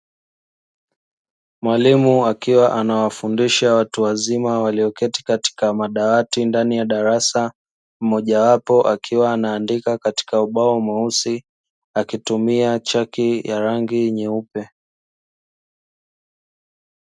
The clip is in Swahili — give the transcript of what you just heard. Mwalimu akiwa anawafundisha watu wazima walio keti katika madawati ndani ya darasa, mmoja wapo akiwa anaandika katiaka ubao mweusi akitumia chaki ya rangi nyeupe.